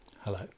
Hello